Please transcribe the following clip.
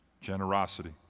Generosity